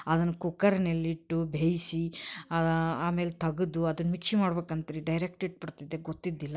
ಅದನ್ನು ಕುಕ್ಕರ್ನಲ್ಲಿಟ್ಟು ಬೇಯಿಸಿ ಆಮೇಲೆ ತೆಗೆದು ಅದನ್ನು ಮಿಕ್ಸಿ ಮಾಡ್ಬೇಕು ಅಂತೆ ರಿ ಡೈರೆಕ್ಟ್ ಇಟ್ಟುಬಿಡ್ತಿದ್ದೆ ಗೊತ್ತಿದ್ದಿಲ್ಲ